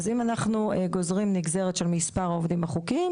אז אם אנחנו גוזרים נגזרת של מספר העובדים החוקיים,